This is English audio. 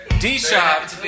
D-Shop